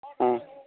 ம்